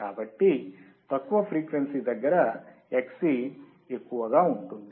కాబట్టి తక్కువ ఫ్రీక్వెన్సీ దగ్గర Xc ఎక్కువగా ఉంటుంది